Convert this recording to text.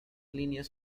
líneas